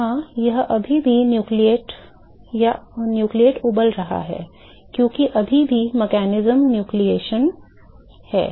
जहां यह अभी भी न्यूक्लियेट उबल रहा है क्योंकि अभी भी तंत्र न्यूक्लियेशन है